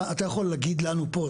אתה יכול להגיד לנו פה,